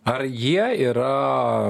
ar jie yra